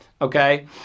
okay